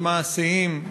מאוד מעשיים,